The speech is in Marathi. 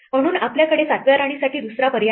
म्हणून आपल्याकडे 7 व्या राणीसाठी दुसरा पर्याय नाही